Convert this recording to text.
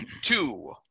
two